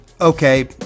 Okay